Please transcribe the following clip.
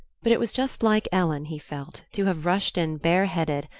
but it was just like ellen, he felt, to have rushed in bareheaded,